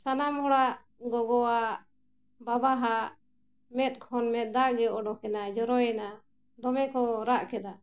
ᱥᱟᱱᱟᱢ ᱦᱚᱲᱟᱜ ᱜᱚᱜᱚᱣᱟᱜ ᱵᱟᱵᱟ ᱦᱟᱸᱜ ᱢᱮᱫ ᱠᱷᱚᱱ ᱢᱮᱫ ᱫᱟᱜ ᱜᱮ ᱚᱰᱚᱠ ᱮᱱᱟ ᱡᱚᱨᱚᱭᱮᱱᱟ ᱫᱚᱢᱮ ᱠᱚ ᱨᱟᱜ ᱠᱮᱫᱟ